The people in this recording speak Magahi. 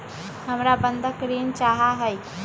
हमरा बंधक ऋण चाहा हई